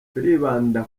turibanda